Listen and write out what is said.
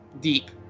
deep